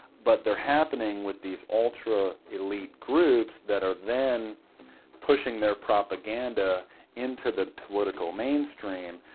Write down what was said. but they're happening with these ultra elite groups that are then pushing their propaganda into the political mainstream,